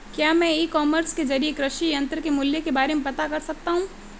क्या मैं e commerce के ज़रिए कृषि यंत्र के मूल्य के बारे में पता कर सकता हूँ?